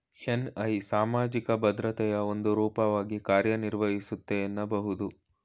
NI ಸಾಮಾಜಿಕ ಭದ್ರತೆಯ ಒಂದು ರೂಪವಾಗಿ ಕಾರ್ಯನಿರ್ವಹಿಸುತ್ತೆ ಎನ್ನಬಹುದು